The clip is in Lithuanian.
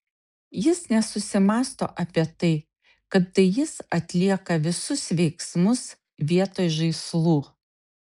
jis nesusimąsto apie tai kad tai jis atlieka visus veiksmus vietoj žaislų